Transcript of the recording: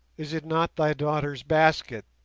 is it not thy daughter's basket